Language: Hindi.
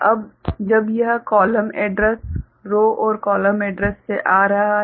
अब जब यह कॉलम एड्रेस रॉ और कॉलम एड्रेस से आ रहा है